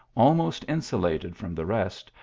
almost insu lated from the rest,